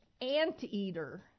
anteater